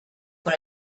por